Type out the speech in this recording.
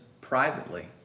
privately